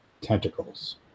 tentacles